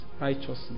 Righteousness